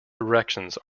directions